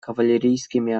кавалерийскими